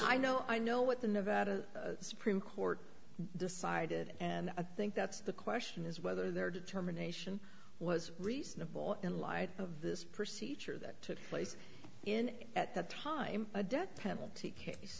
i know i know what the nevada supreme court decided and i think that's the question is whether their determination was reasonable in light of this procedure that took place in at that time a death penalty case